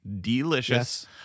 Delicious